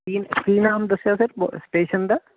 ਕੀ ਕੀ ਨਾਮ ਦੱਸਿਆ ਸਰ ਮ ਸਟੇਸ਼ਨ ਦਾ